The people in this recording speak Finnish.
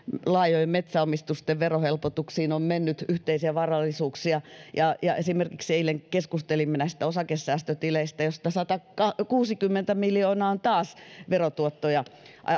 laajojen metsäomistusten verohelpotuksiin on mennyt yhteisiä varallisuuksia ja ja esimerkiksi eilen keskustelimme näistä osakesäästötileistä joista satakuusikymmentä miljoonaa on verotuottoja